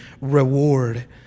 reward